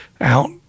out